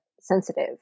sensitive